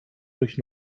durch